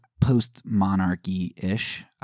post-monarchy-ish